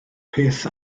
peth